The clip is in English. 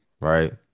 right